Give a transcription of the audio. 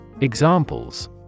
Examples